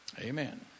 Amen